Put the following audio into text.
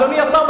אדוני השר,